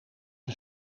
een